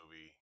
movie